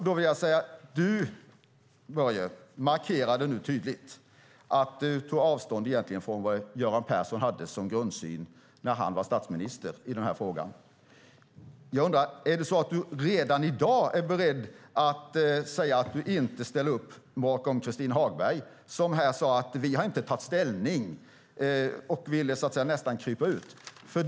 Du, Börje, markerade nu tydligt att du egentligen tog avstånd från vad Göran Persson hade som grundsyn i den här frågan när han var statsminister. Är det så att du redan i dag är beredd att säga att du inte ställer upp bakom Christin Hagberg som här sade: Vi har inte tagit ställning, och nästan ville krypa ur frågan.